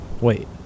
wait